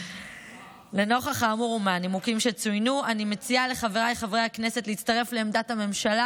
אני מציעה לחבריי חברי הכנסת להצטרף לעמדת הממשלה